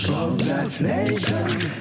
Congratulations